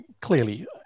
clearly